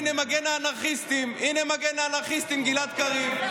מגן האנרכיסטים גלעד קריב,